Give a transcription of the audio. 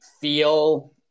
feel